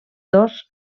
dos